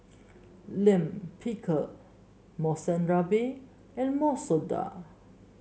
Lime Pickle Monsunabe and Masoor Dal